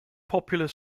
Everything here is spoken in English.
popular